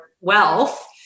wealth